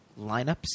lineups